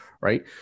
right